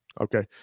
Okay